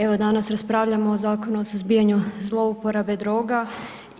Evo danas raspravljamo o Zakonu o suzbijanju zlouporabe droga